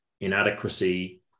inadequacy